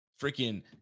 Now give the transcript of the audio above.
freaking